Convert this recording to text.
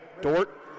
Dort